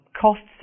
costs